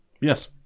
Yes